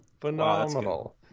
Phenomenal